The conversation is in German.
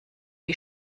die